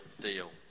deal